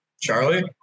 Charlie